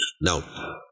Now